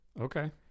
Okay